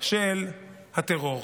של הטרור.